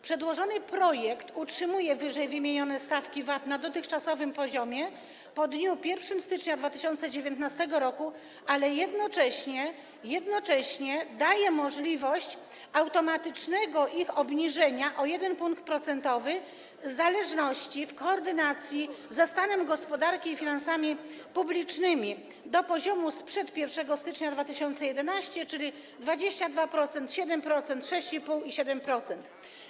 Przedłożony projekt utrzymuje ww. stawki VAT na dotychczasowym poziomie po dniu 2 stycznia 2019 r., ale jednocześnie daje możliwość automatycznego ich obniżenia o 1 punkt procentowy w zależności... w koordynacji ze stanem gospodarki i finansami publicznymi do poziomu sprzed 1 stycznia 2011 r., czyli 22%, 7%, 6,5% i 7%.